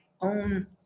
own